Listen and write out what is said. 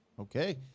Okay